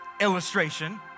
illustration